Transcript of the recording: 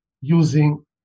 using